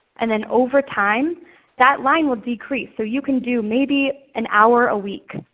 and then over time that line will decrease. so you can do maybe an hour a week.